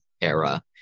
era